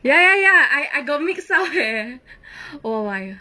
ya ya ya I I got mixed up eh oh my god